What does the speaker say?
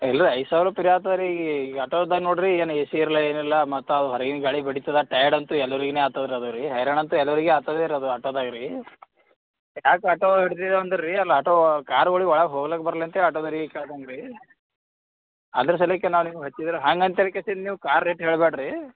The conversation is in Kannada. ಇಲ್ಲ ರೀ ಐದು ಸಾವಿರ ಪಿರಿ ಆಗ್ತದ್ ರೀ ಈ ಆಟೋದಾಗ ನೋಡಿರಿ ಏನು ಏ ಸಿ ಇರಲ್ಲ ಏನಿಲ್ಲ ಮತ್ತೆ ಅವು ಹೊರ್ಗಿನ ಗಾಳಿ ಬಡೀತದೆ ಟೈಯಡ್ ಅಂತೂ ಎಲ್ಲರಿಗೆ ಆಗ್ತದ್ ರೀ ಅದು ರೀ ಹೈರಾಣ ಅಂತೂ ಎಲ್ಲರಿಗೆ ಆಗ್ತದ್ ರೀ ಇದು ಆಟೋದಾಗ ರೀ ಯಾಕೆ ಯಾಕೆ ಆಟೋ ಹಿಡ್ದಿದಿವಿ ಅಂದ್ರೆ ರೀ ಅಲ್ಲಿ ಆಟೋ ಕಾರುಗಳಿಗ್ ಒಳಗೆ ಹೋಗಕ್ ಬರಲ್ಲ ಅಂತ್ಹೇಳಿ ಆಟೋದವ್ರಿಗ್ ಕೇಳ್ಕಂಬಿ ಅದ್ರ ಸಲೀಕ್ಕೆ ನಾ ನಿಮ್ಗೆ ಹಚ್ಚಿದ್ರೆ ಹಾಂಗಂತೇಳಿ ಕೇಸಿಂದ ನೀವು ಕಾರ್ ರೇಟ್ ಹೇಳಬ್ಯಾಡ್ರಿ